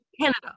Canada